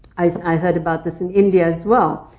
i heard about this in india as well.